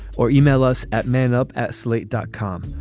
or yeah e-mail us at man up at slate dot com.